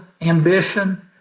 ambition